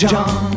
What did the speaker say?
John